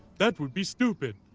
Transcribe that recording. that would be stupid